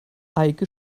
eike